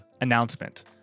Announcement